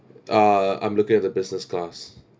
uh I'm looking at the business class